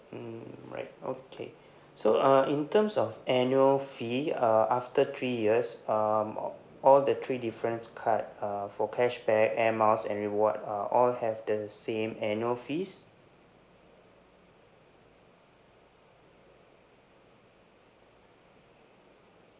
mm right okay so uh in terms of annual fee uh after three years um all the three different card uh for cashback air miles and reward uh all have the same annual fees